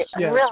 yes